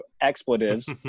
expletives